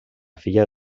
filla